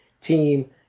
team